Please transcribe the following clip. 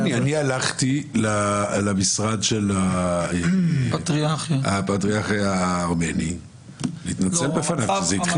אני הלכתי למשרד של הפטריארך הארמני להתנצל בפניו כשזה התחיל.